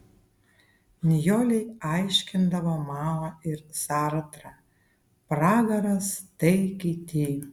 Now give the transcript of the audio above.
nijolei aiškindavo mao ir sartrą pragaras tai kiti